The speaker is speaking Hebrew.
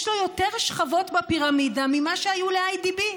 יש לו יותר שכבות בפירמידה ממה שהיו ל-IDB.